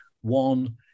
one